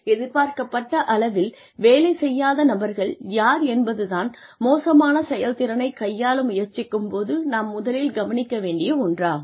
எதிர்பார்க்கப்பட்ட அளவில் வேலை செய்யாத நபர்கள் யார் என்பது தான் மோசமான செயல்திறனைக் கையாள முயற்சிக்கும் போது நாம் முதலில் கவனிக்க வேண்டிய ஒன்றாகும்